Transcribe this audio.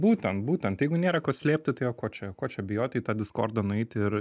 būtent būtent jeigu nėra ko slėpti tai o ko čia ko čia bijoti į tą diskordą nueiti ir